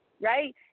right